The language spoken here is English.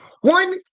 One